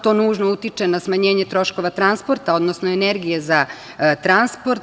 To nužno utiče na smanjenje troškova transporta, odnosno energije za transport.